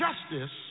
justice